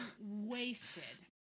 wasted